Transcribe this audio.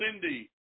Cindy